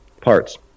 parts